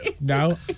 No